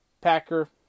Packer